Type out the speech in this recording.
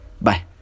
Bye